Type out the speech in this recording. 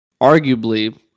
Arguably